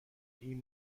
این